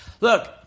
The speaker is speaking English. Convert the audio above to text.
Look